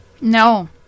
No